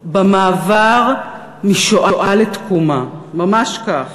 במעבר משואה לתקומה, ממש כך,